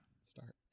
Start